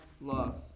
love